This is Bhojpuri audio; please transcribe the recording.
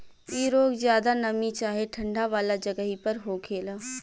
इ रोग ज्यादा नमी चाहे ठंडा वाला जगही पर होखेला